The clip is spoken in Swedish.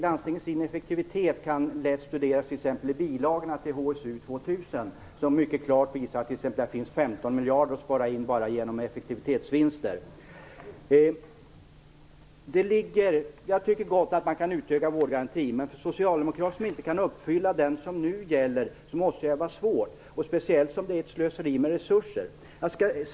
Landstingens ineffektivitet kan lätt studeras exempelvis i bilagorna till HSU 2000, som mycket klart visar att det t.ex. finns 15 miljarder att spara in bara genom effektivitetsvinster. Jag tycker gott att man kan utöka vårdgarantin, men för Socialdemokraterna, som inte kan uppfylla den som nu gäller, måste det vara svårt, speciellt som det är ett slöseri med resurser.